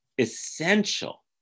essential